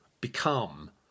become